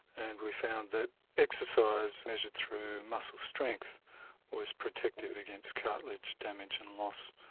and we found that exercise measured through muscle strength was protective against cartilage damage and loss.